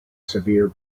severe